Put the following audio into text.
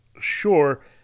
sure